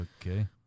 Okay